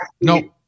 No